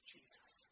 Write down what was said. Jesus